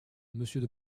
monsieur